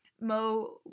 Mo